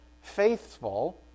Faithful